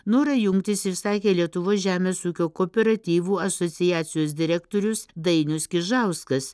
norą jungtis išsakė lietuvos žemės ūkio kooperatyvų asociacijos direktorius dainius kižauskas